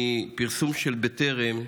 מפרסום של בטרם,